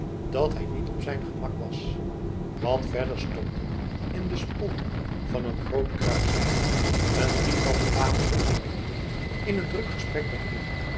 dat hij niet op zijn gemak was wat verder stonden in de sponning van een groot kruisraam een drietal gewapende edellieden in een druk gesprek